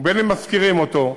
ובין שהם משכירים אותו,